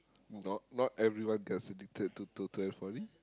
not not everyone gets addicted to to to have money